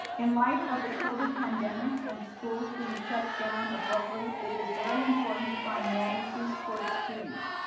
in light of the covid pandemic and schools being shut down abruptly, it is very important to find normalcy for the students,